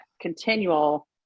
continual